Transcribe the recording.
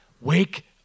Wake